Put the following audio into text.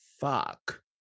fuck